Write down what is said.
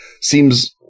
Seems